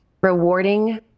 rewarding